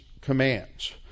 commands